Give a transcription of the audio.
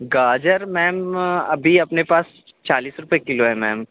گاجر میم ابھی اپنے پاس چالیس روپئے کلو ہے میم